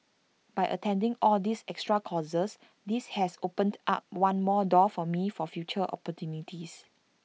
by attending all these extra courses this has opened up one more door for me for future opportunities